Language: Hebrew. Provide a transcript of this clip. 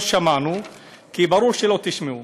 לא שמענו, וברור שלא תשמעו,